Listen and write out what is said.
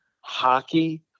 hockey